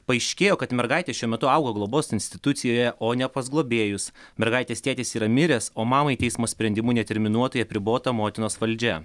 paaiškėjo kad mergaitė šiuo metu auga globos institucijoje o ne pas globėjus mergaitės tėtis yra miręs o mamai teismo sprendimu neterminuotai apribota motinos valdžia